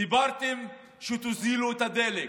אמרתם שתוזילו את הדלק.